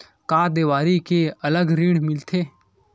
का देवारी के अलग ऋण मिलथे?